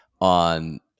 on